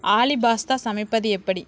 ஆலி பாஸ்தா சமைப்பது எப்படி